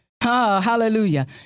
Hallelujah